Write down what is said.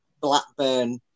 Blackburn